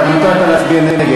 כמובן הוא התכוון להצביע נגד.